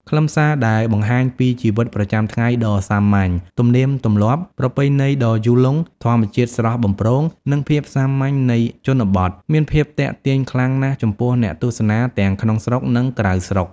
ខ្លឹមសារដែលបង្ហាញពីជីវិតប្រចាំថ្ងៃដ៏សាមញ្ញ ទំនៀមទម្លាប់ ប្រពៃណីដ៏យូរលង់ ធម្មជាតិស្រស់បំព្រង និង ភាពសាមញ្ញនៃជនបទ មានភាពទាក់ទាញខ្លាំងណាស់ចំពោះអ្នកទស្សនាទាំងក្នុងស្រុក និងក្រៅស្រុក។